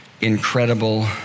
incredible